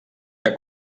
que